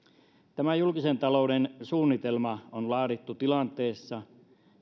tämä julkisen talouden suunnitelma on laadittu tilanteessa